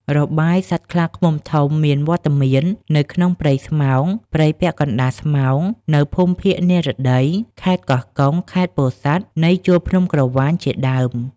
របាយណ៍សត្វខ្លាឃ្មុំធំមានវត្តមាននៅក្នុងព្រៃស្រោង ព្រៃពាក់កណ្តាលស្រោង នៅភូមិភាគនិរតី ខេត្តកោះកុង ខេត្តពោធិ៍សាត់ នៃជួរភ្នំក្រវាញ ជាដើម។